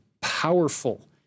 powerful